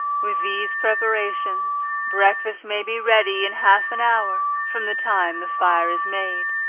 with these preparations, breakfast may be ready in half an hour from the time the fire is made.